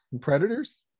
Predators